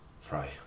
Fry